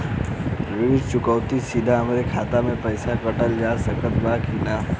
ऋण चुकौती सीधा हमार खाता से पैसा कटल जा सकेला का बताई जा?